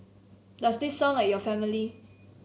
does this sound like your family